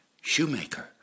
shoemaker